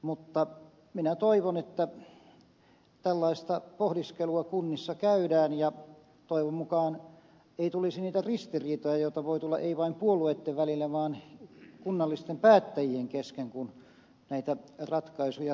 mutta minä toivon että tällaista pohdiskelua kunnissa käydään ja toivon mukaan ei tulisi niitä ristiriitoja joita voi tulla ei vain puolueitten välillä vaan kunnallisten päättäjien kesken kun näitä ratkaisuja tehdään